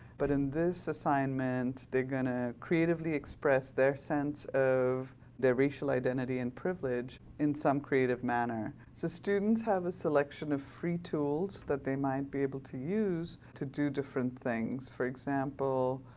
but in this assignment, they're going to creatively express their sense of their racial identity and privilege in some creative manner. so students have a selection of free tools they might be able to use to do different things. for example,